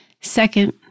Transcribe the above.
Second